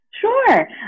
Sure